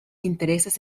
intereses